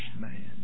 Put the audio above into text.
man